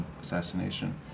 assassination